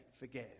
Forgive